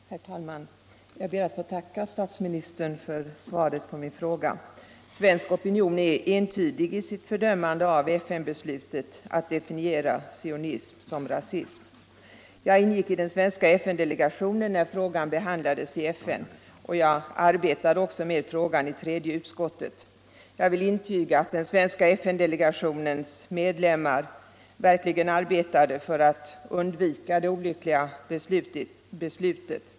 Herr talman! Jag ber att få tacka statsministern för svaret på min fråga. Svensk opinion är entydig i sitt fördömande av FN-beslutet att definiera sionism som rasism. Jag ingick i den svenska FN-delegationen när frågan behandlades i FN -— jag arbetade med frågan i tredje utskottet. Jag vill intyga att den svenska FN-delegationens medlemmar verkligen gjorde ansträngningar för att undvika det olyckliga beslutet.